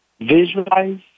Visualize